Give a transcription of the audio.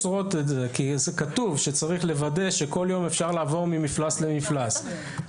כי כתוב שצריך לוודא שכל יום אפשר לעבור ממפלס למפלס.